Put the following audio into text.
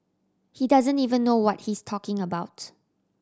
he doesn't even know what he's talking about